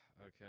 okay